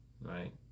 right